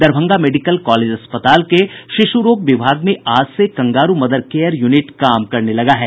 Darbhanga medical college अस्पताल के शिशु रोग विभाग में आज से कंगारू मदर केयर यूनिट काम करने लगा है